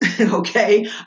Okay